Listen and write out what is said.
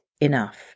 enough